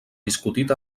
discutit